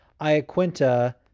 Iaquinta